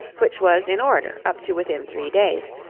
which was in order up to within three days,